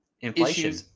inflation